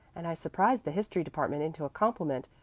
and i surprised the history department into a compliment,